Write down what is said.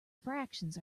fractions